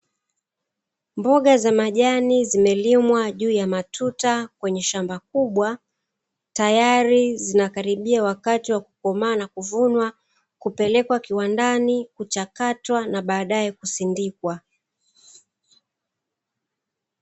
Mboga za majani zimelimwa juu ya matuta kwenye shamba kubwa, tayari zimekaribia wakati wa kukomaa na kuvunwa, kupelekwa kiwandani kuchakatwa na baadae kusindikwa.